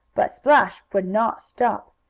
but splash would not stop.